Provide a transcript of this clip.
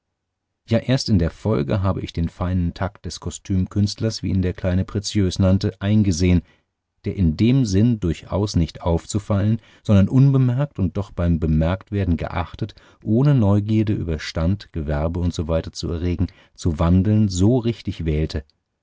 ja erst in der folge habe ich den feinen takt des kostümkünstlers wie ihn der kleine preziös nannte eingesehen der in dem sinn durchaus nicht aufzufallen sondern unbemerkt und doch beim bemerktwerden geachtet ohne neugierde über stand gewerbe usw zu erregen zu wandeln so richtig wählte